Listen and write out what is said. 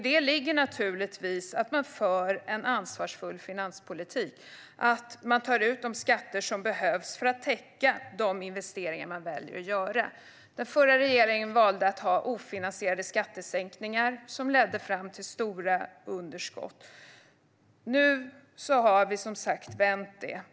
Detta bygger naturligtvis på att man för en ansvarsfull finanspolitik och tar ut de skatter som behövs för att täcka de investeringar man väljer att göra. Den förra regeringen valde att göra ofinansierade skattesänkningar, vilket ledde till stora underskott. Nu har vi som sagt vänt detta.